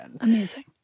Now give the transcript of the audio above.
Amazing